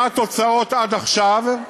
מה התוצאות עד עכשיו,